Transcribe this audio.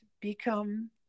become